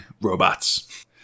robots